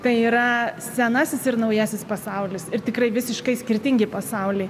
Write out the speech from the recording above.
tai yra senasis ir naujasis pasaulis ir tikrai visiškai skirtingi pasauliai